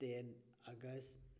ten August